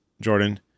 Jordan